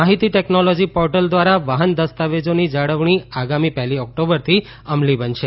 માહિતી technology portal દ્વારા વાહન દસ્તાવેજોની જાળવણી આગામી પહેલી ઓક્ટોબરથી અમલી બનશે